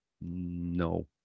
No